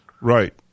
Right